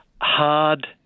hard